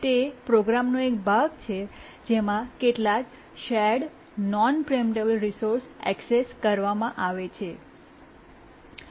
તે પ્રોગ્રામનો એક ભાગ છે જેમાં કેટલાક shared non preemptable resource access કરવામાં આવે છે